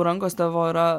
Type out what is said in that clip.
rankos tavo yra